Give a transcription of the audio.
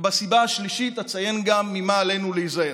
ובסיבה השלישית אציין גם ממה עלינו להיזהר.